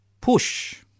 push